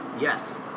Yes